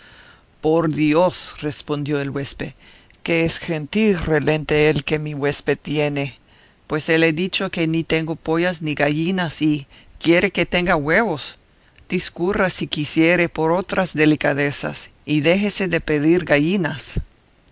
por dios respondió el huésped que es gentil relente el que mi huésped tiene pues hele dicho que ni tengo pollas ni gallinas y quiere que tenga huevos discurra si quisiere por otras delicadezas y déjese de pedir gallinas